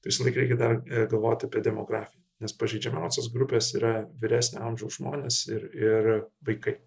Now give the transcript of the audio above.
visąlaik reikia dar galvoti apie demografiją nes pažeidžiamos grupės yra vyresnio amžiaus žmonės ir ir vaikai